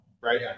right